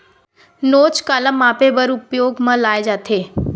नोच काला मापे बर उपयोग म लाये जाथे?